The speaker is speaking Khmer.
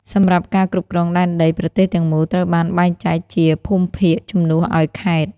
សម្រាប់ការគ្រប់គ្រងដែនដី ប្រទេសទាំងមូលត្រូវបានបែងចែកជា «ភូមិភាគ» ជំនួសឱ្យខេត្ត។